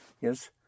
yes